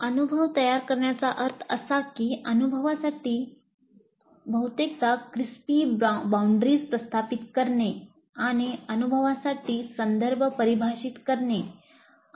अनुभव तयार करण्याचा अर्थ असा की अनुभवासाठी बहुतेकदा क्रिस्पी बाऊंड्रीज प्रस्थापित करणे आणि अनुभवासाठी संदर्भ परिभाषित करणे